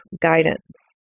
guidance